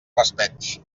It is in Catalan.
raspeig